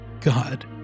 God